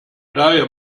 daher